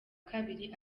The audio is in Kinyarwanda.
kabiri